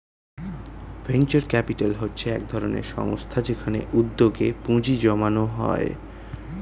venture capital হচ্ছে একধরনের সংস্থা যেখানে উদ্যোগে পুঁজি জমানো হয়